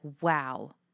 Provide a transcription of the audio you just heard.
wow